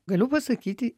galiu pasakyti